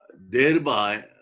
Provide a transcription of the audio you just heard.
Thereby